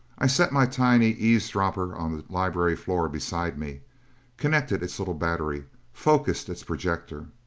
i set my tiny eavesdropper on the library floor beside me connected its little battery focused its projector.